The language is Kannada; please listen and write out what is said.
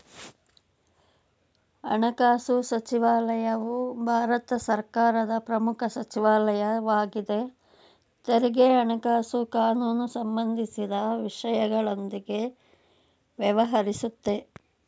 ಹಣಕಾಸುಸಚಿವಾಲಯವು ಭಾರತ ಸರ್ಕಾರದ ಪ್ರಮುಖ ಸಚಿವಾಲಯ ವಾಗಿದೆ ತೆರಿಗೆ ಹಣಕಾಸು ಕಾನೂನುಸಂಬಂಧಿಸಿದ ವಿಷಯಗಳೊಂದಿಗೆ ವ್ಯವಹರಿಸುತ್ತೆ